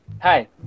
Hi